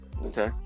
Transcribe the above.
Okay